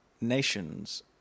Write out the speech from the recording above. nations